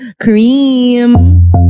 Cream